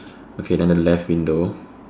okay then the left window